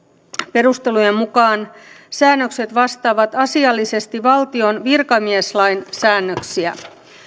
perustelujen mukaan säännökset vastaavat asiallisesti valtion virkamieslain säännöksiä